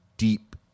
deep